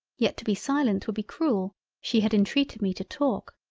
yet to be silent would be cruel she had intreated me to talk.